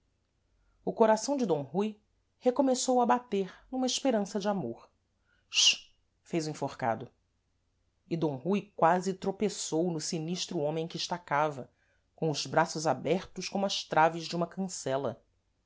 o coração de d rui recomeçou a bater numa esperança de amor chut fez o enforcado e d rui quási tropeçou no sinistro homem que estacava com os braços abertos como as traves de uma cancela